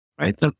right